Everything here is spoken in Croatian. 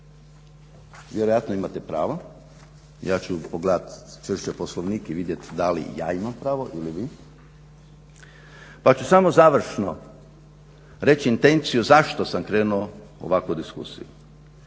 vjerojatno imate pravo. Ja ću pogledat češće Poslovnik da li ja imam pravo ili vi, pa ću samo završno reći intenciju zašto sam krenuo u ovakvu diskusiju.